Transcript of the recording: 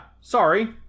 Sorry